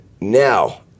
Now